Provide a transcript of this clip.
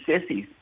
sissies